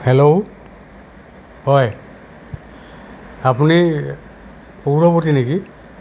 hello হয় আপুনি পৌৰপতি নেকি